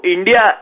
India